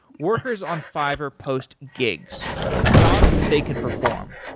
workers on fiverr post gigs jobs that they can perform.